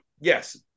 yes